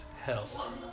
hell